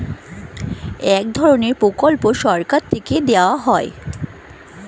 এক ধরনের প্রকল্প সরকার থেকে দেওয়া হয়